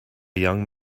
young